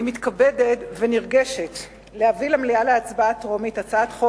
אני מתכבדת ונרגשת להביא למליאה להצבעה טרומית הצעת חוק